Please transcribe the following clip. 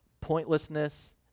pointlessness